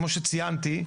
כמו שציינתי,